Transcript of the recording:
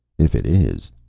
if it is,